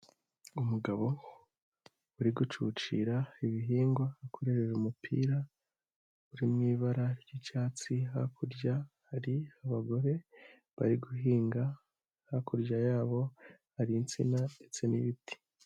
Umugabo uri gucucira ibihingwa akoreheje umupira uri mu ibara ry'icyatsi, hakurya hari abagore bari guhinga, hakurya yabo hari insina ndetse n'ibiti.